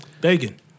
Bacon